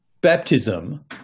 baptism